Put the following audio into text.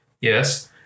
Yes